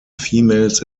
females